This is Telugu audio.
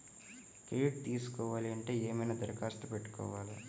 క్రెడిట్ తీసుకోవాలి అంటే ఏమైనా దరఖాస్తు పెట్టుకోవాలా?